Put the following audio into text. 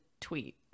tweet